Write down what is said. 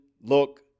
look